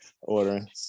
ordering